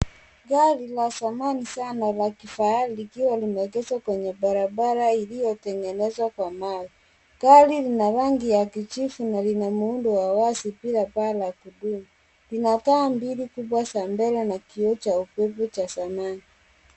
Gari la zamani sana la kifahari likiwa limeegezwa kwenye barabara iliyotengenezwa kwa mawe. Gari lina rangi ya kijivu na lina muundo wa wazi pia paa la kudumu. Lina taa mbili kubwa za mbele na kioo cha ukufu cha zamani